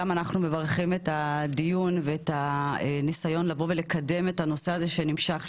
גם אנחנו מברכים על הדיון ואת הניסיון לקדם את הנושא הזה שנמשך,